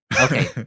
okay